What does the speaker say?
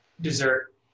dessert